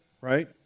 right